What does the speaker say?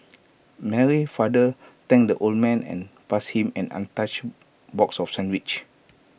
Mary's father thanked the old man and passed him an untouched box of sandwiches